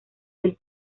del